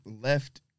left